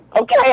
Okay